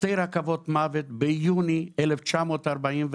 שתי רכבות מוות ביוני 1941,